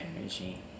energy